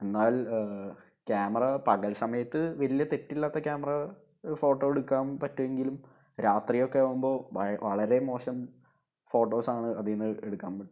എന്നാൽ ക്യാമറ പകൽ സമയത്ത് വലിയ തെറ്റില്ലാത്ത ക്യാമറ ഫോട്ടോ എടുക്കാൻ പറ്റുമെങ്കിലും രാത്രി ഒക്കെ ആവുമ്പോൾ ഭയങ്കര വളരെ മോശം ഫോട്ടോസ് ആണ് അതിൽ നിന്ന് എടുക്കാൻ പറ്റുന്നത്